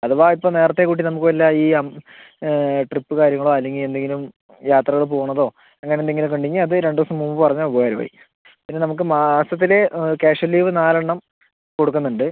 അഥവാ ഇപ്പോൾ നേരത്തെ കൂട്ടി നമുക്ക് വല്ല ഈ ട്രിപ്പ് കാര്യങ്ങളോ അല്ലെങ്കിൽ എന്തെങ്കിലും യാത്രകൾ പോകുന്നതോ അങ്ങനെ എന്തെങ്കിലും ഒക്കെ ഉണ്ടെങ്കിൽ അത് രണ്ട് ദിവസം മുമ്പ് പറഞ്ഞാൽ ഉപകാരം ആയി പിന്നെ നമുക്ക് മാസത്തിൽ കാഷ്വൽ ലീവ് നാല് എണ്ണം കൊടുക്കുന്നുണ്ട്